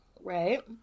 Right